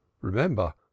remember